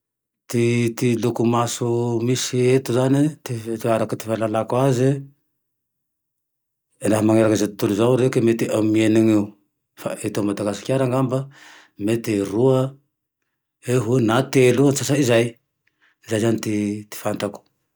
Ty, ty loko maso misy eto zane, ty araky fahalalako aze, laha maneran'ezao tontolo ezao reke mety enine eo, fa eto madagasikara angamba mety roa eo ho eo na telo eo, antsasa izay, zay zane ty, ty fantako